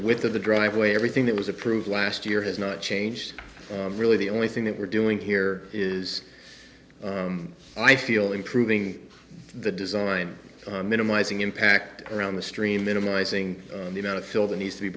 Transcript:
width of the driveway everything that was approved last year has not changed really the only thing that we're doing here is i feel improving the design minimizing impact around the stream minimizing the amount of fill the needs to be